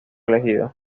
elegido